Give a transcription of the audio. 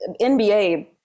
nba